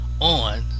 on